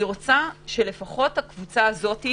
אני רוצה שלפחות הקבוצה הזאת,